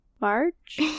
March